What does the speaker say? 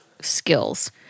skills